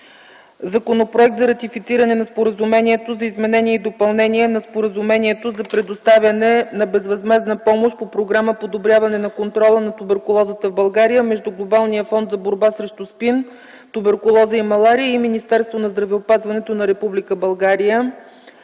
Законопроект за ратифициране на Споразумението за изменение и допълнение на Споразумението за предоставяне на безвъзмездна помощ по Програма „Подобряване на контрола на туберкулозата в България” между Глобалния фонд за борба срещу СПИН, туберкулоза и малария и Министерството на здравеопазването на Република България.